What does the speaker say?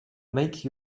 make